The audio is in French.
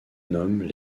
nomment